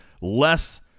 less